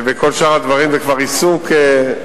וכל שאר הדברים, זה כבר עיסוק מלא.